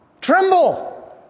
Tremble